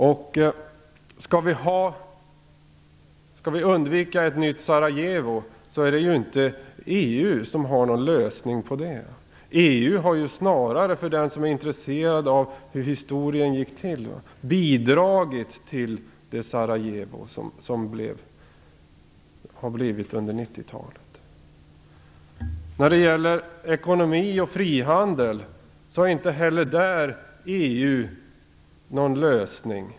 EU har ju ingen lösning för att undvika ett nytt Sarajevo. Till den som är intresserad av hur det gick till i historien vill jag säga att EU snarare har bidragit till det Sarajevo som vi har fått under 90-talet. EU har inte heller någon lösning när det gäller ekonomi och frihandel.